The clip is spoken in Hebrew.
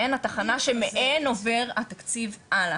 והן התחנה שמהן עובר התקציב הלאה.